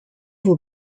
vos